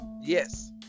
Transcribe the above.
Yes